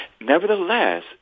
Nevertheless